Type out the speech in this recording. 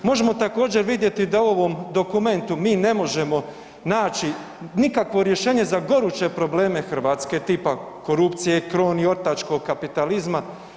Možemo također vidjeti da u ovom dokumentu mi ne možemo naći nikakvo rješenje za goruće probleme Hrvatske, tipa korupcije, kroni ortačkog kapitalizma.